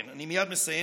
כן, אני מייד מסיים.